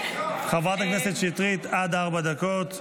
חברת הכנסת שטרית, עד ארבע דקות לרשותך.